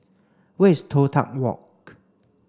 where is Toh Tuck Walk